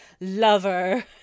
lover